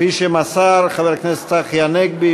כפי שמסר חבר הכנסת צחי הנגבי,